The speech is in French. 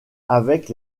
avec